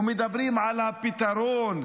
ומדברים על הפתרון,